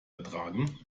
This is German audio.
ertragen